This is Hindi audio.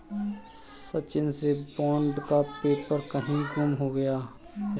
सचिन से बॉन्ड का पेपर कहीं गुम हो गया है